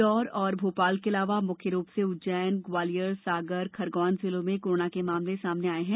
इंदौर और भोपाल के अलावा मुख्य रूप से उज्जैन ग्वालियर सागर खरगोन जिलों में कोरोना के मामले सामने आए हैं